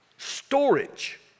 storage